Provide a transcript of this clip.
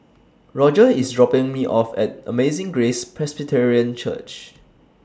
Roger IS dropping Me off At Amazing Grace Presbyterian Church